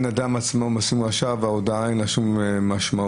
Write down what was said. אדם עצמו משים רשע ולהודאה אין שום משמעות